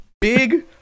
Big